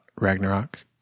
Ragnarok